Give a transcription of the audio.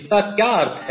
इसका क्या अर्थ है